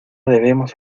debemos